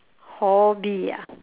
hobby ah